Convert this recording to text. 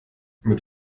mit